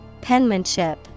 Penmanship